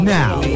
now